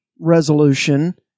resolution